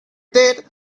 that